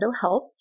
Health